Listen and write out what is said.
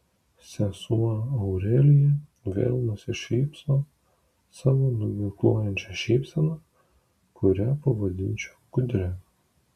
sesuo aurelija vėl nusišypso savo nuginkluojančia šypsena kurią pavadinčiau gudria